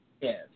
Yes